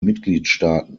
mitgliedstaaten